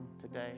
today